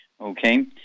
okay